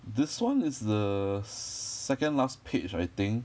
this one is the second last page I think